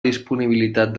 disponibilitat